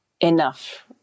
enough